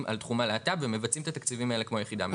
על תחום הלהט"ב ומבצעים את התקציבים האלה כמו היחידה המקצועית.